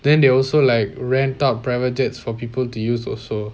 then they also like rent out private jets for people to use also